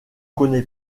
connaît